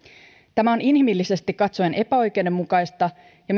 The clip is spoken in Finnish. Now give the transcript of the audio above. tämä on inhimillisesti katsoen epäoikeudenmukaista ja